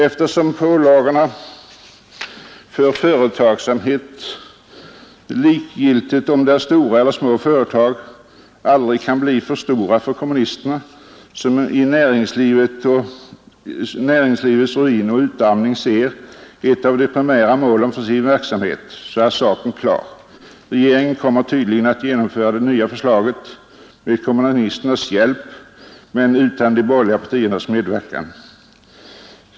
Eftersom pålagorna för företagsamheten — likgiltigt om det är stora eller små företag — aldrig kan bli för stora för kommunisterna, som i näringslivets ruin och utarmning ser ett av de primära målen för sin verksamhet, så är saken klar. Regeringen kommer tydligen att genomföra det nya förslaget med kommunisternas hjälp men utan de borgerliga partiernas medverkan.